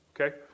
Okay